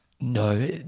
No